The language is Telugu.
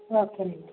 ఒకేనండి